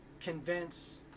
convince